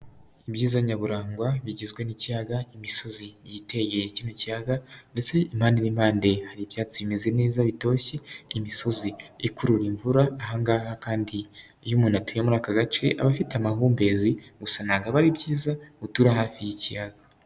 Ibyiza nyaburanga bigizwe n'ikiyaga, imisozi yitegeye icyo kiyaga ndetse impande n'impande hari ibyatsi bimeze neza bitoshye, imisozi ikurura imvura. Aha ngaha kandi iyo umuntu atuye muri aka gace aba afite amahumbezi. Gusa ntabwo biba ari byiza gutura hafi y'ikiyaga.